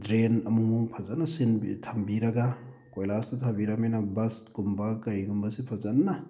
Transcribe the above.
drain ꯑꯃꯨꯛ ꯑꯃꯨꯛ ꯐꯖꯅ ꯁꯤꯟꯕꯤ ꯊꯝꯕꯤꯔꯒ ꯀꯣꯏꯂꯥꯁꯇꯨ ꯊꯥꯕꯤꯔꯝꯃꯤꯅ ꯕꯁ ꯀꯨꯝꯕ ꯀꯔꯤꯒꯨꯝꯕꯁꯨ ꯐꯖꯅ